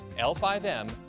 L5M